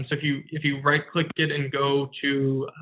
so if you if you right click it and go to